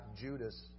Judas